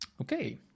Okay